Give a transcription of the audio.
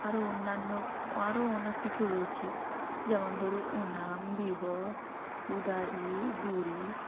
আরো অন্যান্য আরো অনেক কিছু রয়েছে যেমন ধর ওনাম বিহু উগাড়ি গুড়ি